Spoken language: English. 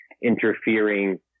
interfering